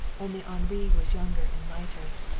only henri was younger and lighter,